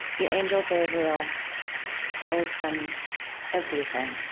the angel gabriel tells them everything,